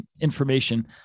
information